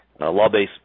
LawBase